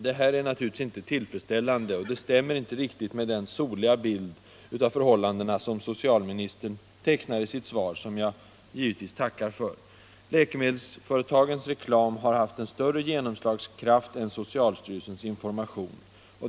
Detta är naturligtvis inte tillfredsställande, och det stämmer inte riktigt med den soliga bild av förhållandena som socialministern tecknar i sitt svar, som jag givetvis tackar för. Läkemedelsföretagens reklam har haft större genomslagskraft än socialstyrelsens information.